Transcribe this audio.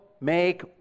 make